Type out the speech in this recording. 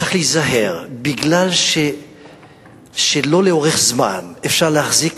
צריך להיזהר, כי לא לאורך זמן אפשר להחזיק